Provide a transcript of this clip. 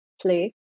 play